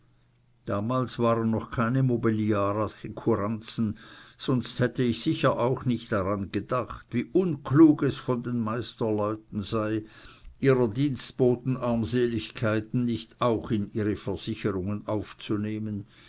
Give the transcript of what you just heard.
damals waren noch keine mobiliarassekuranzen sonst hätte ich sicher auch nicht daran gedacht wie unklug es von den meisterleuten sei ihrer dienstboten armseligkeiten nicht auch in ihre versicherungen aufzunehmen